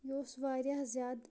یہِ اوس واریاہ زیادٕ